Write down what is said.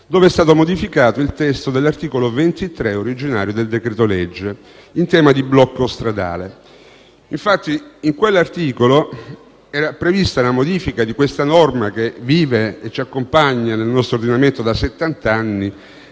è stato modificato il testo originario dell'articolo 23 del decreto-legge in tema di blocco stradale. Infatti, in quell'articolo era prevista la modifica di una norma che vive e ci accompagna nel nostro ordinamento da settanta